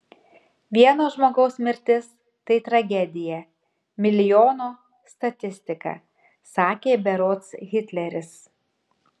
vieno žmogaus mirtis tai tragedija milijono statistika sakė berods hitleris